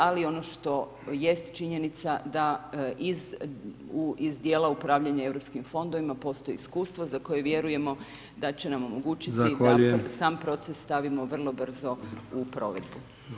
Ali ono što jest činjenica da iz dijela upravljanja europskim fondovima postoji iskustvo za koje vjerujemo da će nam omogućiti da sam proces stavimo vrlo brzo u provedbu.